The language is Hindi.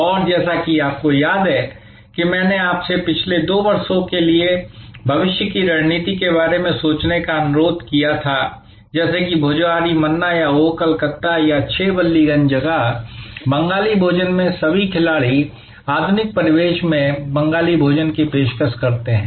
और जैसा कि आपको याद है कि मैंने आपसे पिछले 2 वर्षों के लिए भविष्य की रणनीति के बारे में सोचने का अनुरोध किया था जैसे कि भोजहोरी मन्ना या ओह कलकत्ता या 6 बल्लीगंज जगह बंगाली भोजन में सभी खिलाड़ी आधुनिक परिवेश में बंगाली भोजन की पेशकश करते हैं